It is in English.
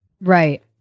Right